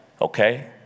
Okay